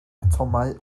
atomau